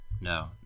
No